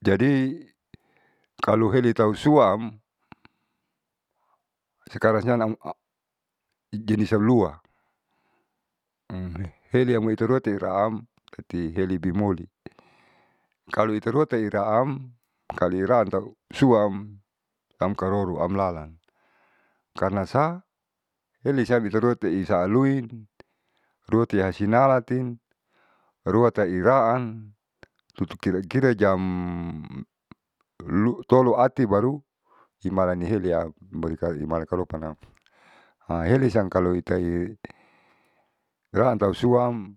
Jadi kalu helitausuam sekarang siam jenis siam lua. seliamoi iteruataam tati helibimoli kalu iteruate iraam kalu iraan tau suam amkaroro amlalan karna saeliam itarua sa'arui ruasi hasinalati, ruatau iraan tutu kira jam lu tolo ati baru himalani heliam himala karopanam. heli kalosiam itai iran tau suam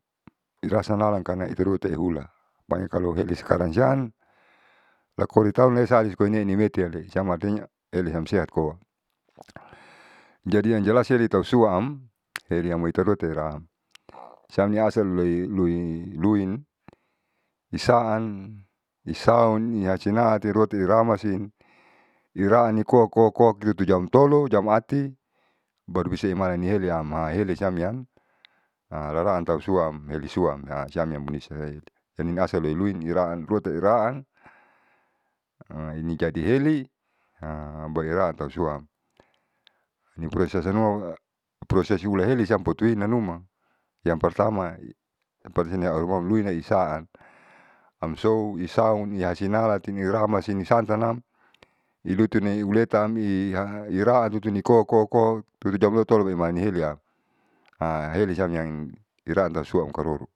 irasa nalan karna iteruaehula pokonya kalo heli sekarang siam lakolitaunesa metiale siam artinya hiliamsia koa jadi yang siri tau suam helitamoi teruahteraam siam nialasal loiluiluin isaan isaon yasinaati irua iramansi iraan ni koa koa koa itu jam tolo jam ati bisani malaeliam helisiam yang laraan tau suam helisuam siam yang munisaeiti yang ni asal luinluin iraan luate iraan ini jadi heli baru iraatau suam nipulai sasanuma proses hulaheliati potuinanuma yang petama pasti auharuma luineniasaan amsoisaun yahasinalati niramasi niramasi niasantanam ilutuni uletaam iha iraan lutu ni koa koa koa tulujam loto maniheliam heli siam yang iraan tau suam karoro.